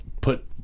put